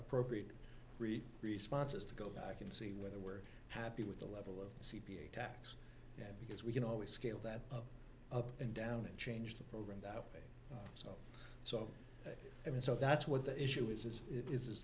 appropriate response is to go back and see whether we're happy with the level of c p a tax and because we can always scale that up and down and change the program that way so i mean so that's what the issue is is it is